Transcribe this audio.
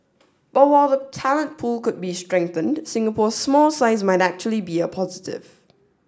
but while the talent pool could be strengthened Singapore's small size might actually be a positive